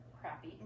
crappy